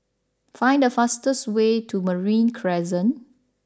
find the fastest way to Marine Crescent